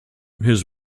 his